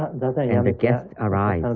and the and guests arrive,